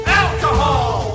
alcohol